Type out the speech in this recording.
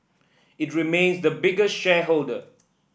it remains the biggest shareholder